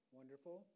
wonderful